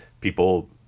People